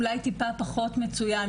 אולי טיפה פחות מצויה.